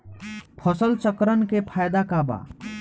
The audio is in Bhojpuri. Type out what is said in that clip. फसल चक्रण के फायदा का बा?